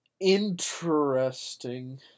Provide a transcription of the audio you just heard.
Interesting